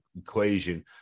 equation